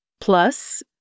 Plus